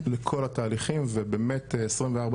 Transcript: לכל הדיונים וכל התהליכים ובאמת,